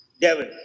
devil